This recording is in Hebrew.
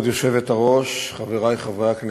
כבוד היושבת-ראש, חברי חברי הכנסת,